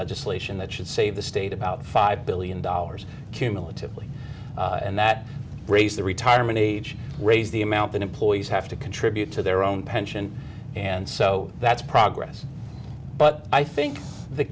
legislation that should save the state about five billion dollars cumulatively and that raise the retirement age raise the amount that employees have to contribute to their own pension and so that's progress but i th